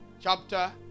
chapter